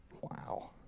Wow